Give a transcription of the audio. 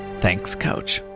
thanks, coach.